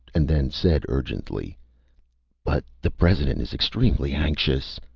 and then said urgently but the president is extremely anxious